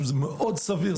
זה מאוד סביר,